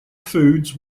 foods